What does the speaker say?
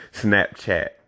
snapchat